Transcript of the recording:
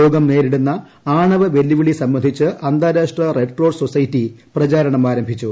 ലോകം നേരിടുന്ന ആണവ വെല്ലുവിളി സംബന്ധിച്ച് അന്താരാഷ്ട്ര റെഡ് ക്രോസ് സൊസൈറ്റി പ്രചാരണം ആരംഭിച്ചു